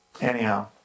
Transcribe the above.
Anyhow